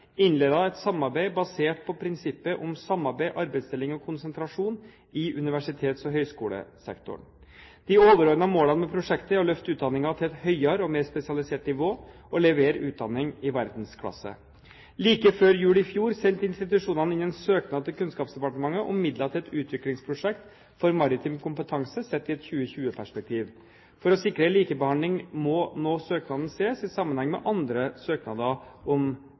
et samarbeid basert på prinsippet om samarbeid, arbeidsdeling og konsentrasjon i universitets- og høyskolesektoren – SAK. De overordnede målene med prosjektet er å løfte utdanningen til et høyere og mer spesialisert nivå og levere utdanning i verdensklasse. Like før jul i fjor sendte institusjonene inn en søknad til Kunnskapsdepartementet om midler til et utviklingsprosjekt for maritim kompetanse sett i et 2020-perspektiv. For å sikre likebehandling må nå søknaden ses i sammenheng med andre søknader om